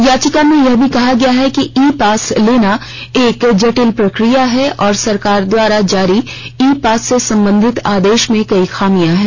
याचिका में यह भी कहा गया है कि ई पास लेना एक जटिल प्रक्रिया है और सरकार द्वारा जारी ई पास से संबंधित आदेश में कई खामियां हैं